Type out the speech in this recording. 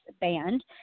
band